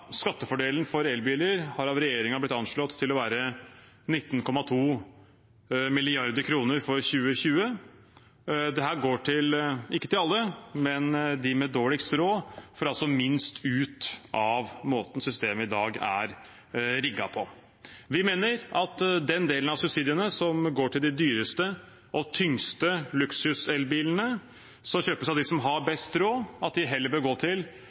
skattefordelen for elbiler har av regjeringen blitt anslått til å være 19,2 mrd. kr for 2020. Dette går ikke til alle, men de med dårligst råd får altså minst ut av måten systemet er rigget på i dag. Vi mener at den delen av subsidiene som går til de dyreste og tyngste luksuselbilene som kjøpes av dem som har best råd, heller bør gå til